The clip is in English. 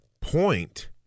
point